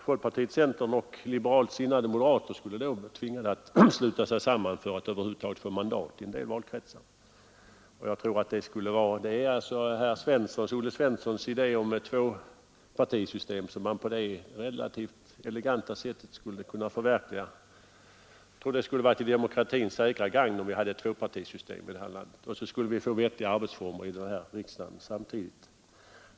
Folkpartiet, centern och liberalt sinnade moderater skulle då bli tvingade att slå sig samman för att över huvud taget få mandat i en del valkretsar. Det är alltså herr Olle Svenssons idé om ett tvåpartisystem som man på ett relativt elegant sätt skulle kunna förverkliga. Jag tror att det skulle vara till demokratins säkra gagn om vi hade ett tvåpartisystem i det här landet, och så skulle vi samtidigt få vettiga arbetsformer i riksdagen.